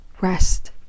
rest